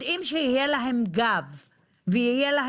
יודעים שיהיה להם גב וגיבוי,